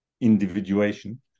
individuation